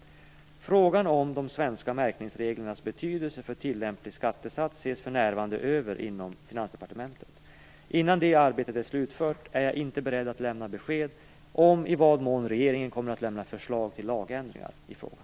Frågan om de svenska märkningsreglernas betydelse för tillämplig skattesats ses för närvarande över inom Finansdepartementet. Innan detta arbete är slutfört är jag inte beredd att lämna besked om i vad mån regeringen kommer att lämna förslag till lagändringar i frågan.